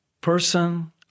person